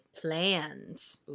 Plans